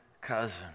cousin